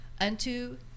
unto